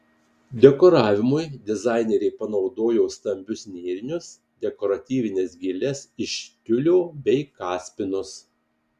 dekoravimui dizainerė panaudojo stambius nėrinius dekoratyvines gėles iš tiulio bei kaspinus